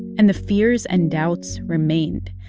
and the fears and doubts remained.